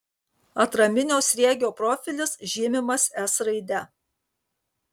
atraminio sriegio profilis žymimas s raide